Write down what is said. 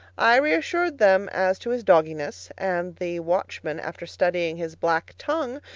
i reassured them as to his dogginess, and the watchman, after studying his black tongue,